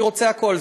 אני רוצה הכול.